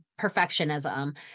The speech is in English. perfectionism